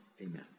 amen